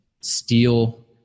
steal